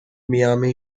miami